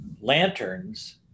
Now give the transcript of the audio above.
lanterns